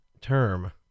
term